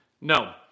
No